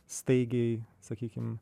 staigiai sakykim